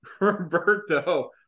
roberto